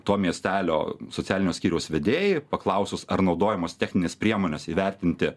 to miestelio socialinio skyriaus vedėjai paklausus ar naudojamos techninės priemonės įvertinti